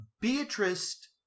Beatrice